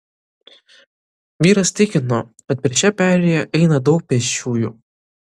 vyras tikino kad per šią perėją eina daug pėsčiųjų